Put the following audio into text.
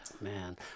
man